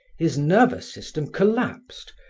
his nervous system collapsed,